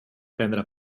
prendre